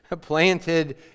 planted